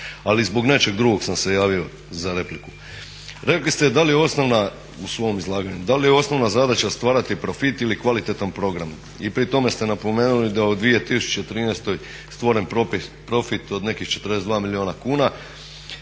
Ali zbog nečeg drugog sam se javio za repliku. Rekli ste u svom izlaganju da li je osnovna zadaća stvarati profit ili kvalitetan program? I pri tome ste napomenuli da u 2013. je stvoren profit od nekih 42 milijuna kuna